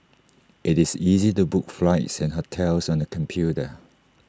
IT is easy to book flights and hotels on the computer